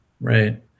Right